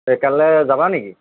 কাইলে যাবা নেকি